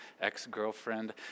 ex-girlfriend